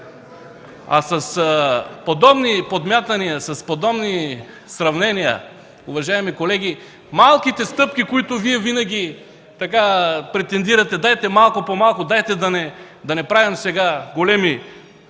А с подобни подмятания, с подобни сравнения, уважаеми колеги, малките стъпки, с които Вие винаги така претендирате: „Дайте малко по малко, дайте да не правим сега големи